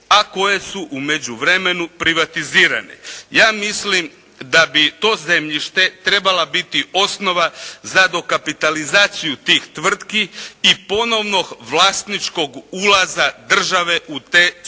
a koje su u međuvremenu privatizirane. Ja mislim da bi to zemljište trebala biti osnova za dokapitalizaciju tih tvrtki i ponovnog vlasničkog ulaza države u te sustave.